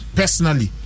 personally